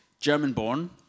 German-born